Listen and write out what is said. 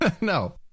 No